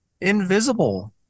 invisible